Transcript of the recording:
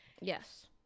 Yes